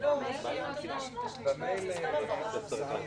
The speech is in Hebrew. שזה יוצר שני סוגים של חברי כנסת צריך מצד